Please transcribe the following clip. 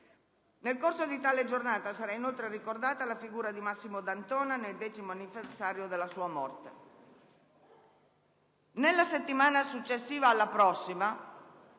Nel corso di tale giornata sarà inoltre ricordata la figura di Massimo D'Antona nel decimo anniversario della sua morte.